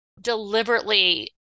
deliberately